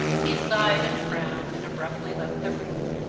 he sighed and frowned, and abruptly left the room,